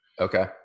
Okay